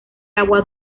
agua